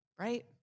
Right